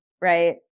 right